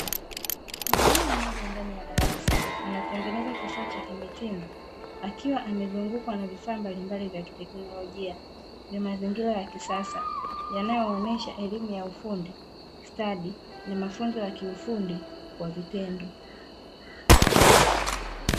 Mwanaume mmoja ndani ya darasa anatengeneza kifaa cha kimitindo, akiwa amezungukwa na vifaa mbalimbali vya kitekinolojia vya mazingira ya kisasa, yanayoonesha elimu ya ufundi stadi na mafunzo ya kiufundi kwa vitendo.